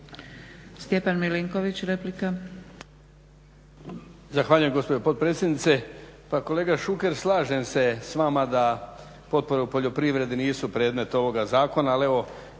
Stjepan Milinković, replika.